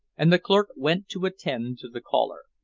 and the clerk went to attend to the caller.